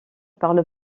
parle